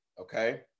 okay